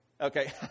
Okay